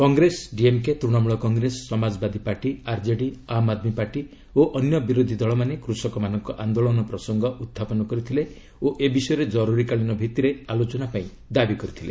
Congress DMK Trinamool Congress Samajwadi party RJD Aam Aadmi party ଓ ଅନ୍ୟ ବିରୋଧୀ ଦଳମାନେ କୃଷକମାନଙ୍କ ଆନ୍ଦୋଳନ ପ୍ରସଙ୍ଗ ଉହ୍ଚାପନ କରିଥିଲେ ଓ ଏ ବିଷୟରେ ଜରୁରୀକାଳୀନ ଭିତ୍ତିରେ ଆଲୋଚନା ପାଇଁ ଦାବି କରିଥିଲେ